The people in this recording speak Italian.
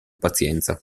pazienza